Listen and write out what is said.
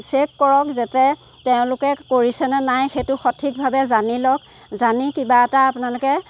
check কৰক যাতে তেওঁলোকে কৰিছে নে নাই সেইটো সঠিকভাৱে জানি লওক জানি কিবা এটা আপোনালোকে